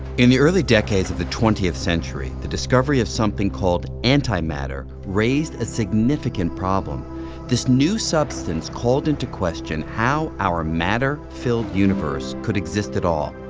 in the early decades of the twentieth century the discovery of something called antimatter raised a significant problem this new substance called into question how our matter filled universe could exist at all.